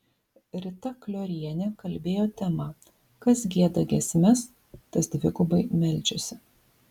rita kliorienė kalbėjo tema kas gieda giesmes tas dvigubai meldžiasi